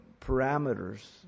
parameters